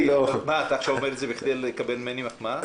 אתה אומר את זה עכשיו בכדי לקבל ממני מחמאה?